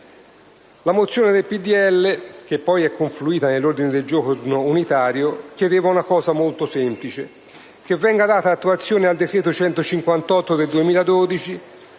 La mozione del PdL, che poi è confluita nell'ordine del giorno unitario G1, chiedeva una cosa molto semplice, cioè che venisse data attuazione al decreto-legge n. 158 del 2012,